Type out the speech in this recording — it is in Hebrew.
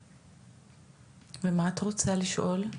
ומה את רוצה לשאול?